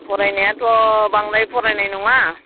फरायनायाथ' बांद्राय फरायनाय नङा